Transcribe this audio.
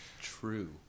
true